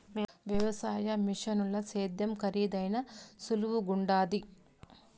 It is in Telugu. వ్యవసాయ మిషనుల సేద్యం కరీదైనా సులువుగుండాది